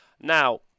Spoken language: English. Now